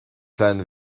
phlean